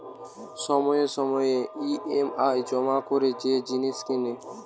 সময়ে সময়ে ই.এম.আই জমা করে যে জিনিস কেনে